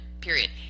period